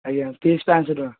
ଆଜ୍ଞା ଫିସ୍ ପାଞ୍ଚ ଶହ ଟଙ୍କା